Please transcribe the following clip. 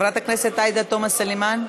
חברת הכנסת עאידה תומא סלימאן.